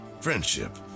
friendship